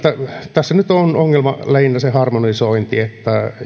tässä nyt on ongelma lähinnä se harmonisointi